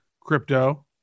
crypto